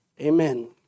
amen